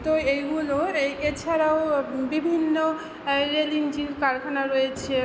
তো এইগুলো এছাড়াও বিভিন্ন রেল ইঞ্জিন কারখানা রয়েছে